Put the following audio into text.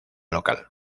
local